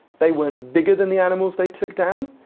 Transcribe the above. they weren't bigger than the animals they took down,